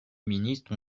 ministres